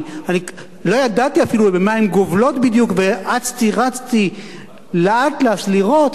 לא ידעתי אפילו במה הן גובלות בדיוק ואצתי רצתי לאטלס לראות.